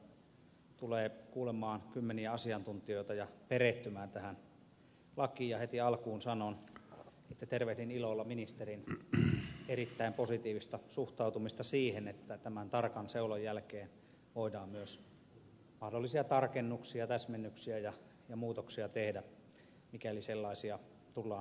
valiokunta tulee kuulemaan kymmeniä asiantuntijoita ja perehtymään tähän lakiin ja heti alkuun sanon että tervehdin ilolla ministerin erittäin positiivista suhtautumista siihen että tämän tarkan seulan jälkeen voidaan myös mahdollisia tarkennuksia täsmennyksiä ja muutoksia tehdä mikäli sellaisia tullaan havaitsemaan